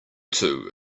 two